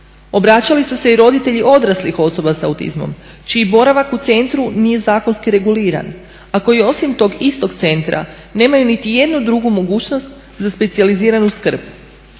Obraćali su se i roditelji odraslih osoba sa autizmom čiji boravak u centru nije zakonski reguliran, a koji osim tog istog centra nemaju niti jednu drugu mogućnost za specijaliziranu skrb.